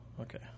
Okay